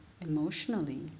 emotionally